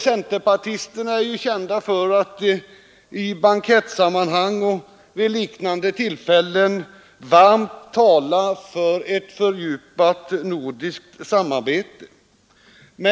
Centerpartisterna är ju kända för att i bankettsammanhang och vid liknande tillfällen varmt tala för ett fördjupat nordiskt samarbete.